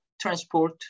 transport